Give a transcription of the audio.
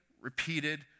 repeated